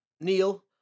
Neil